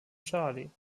charlie